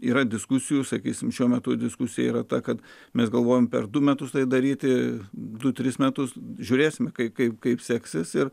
yra diskusijų sakysime šiuo metu diskusija yra ta kad mes galvojame per du metus tai daryti du tris metus žiūrėsime kaip kaip seksis ir